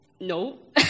no